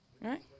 Right